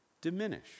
diminish